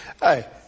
Hey